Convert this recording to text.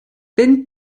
wenn